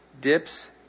dips